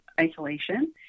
isolation